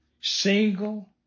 single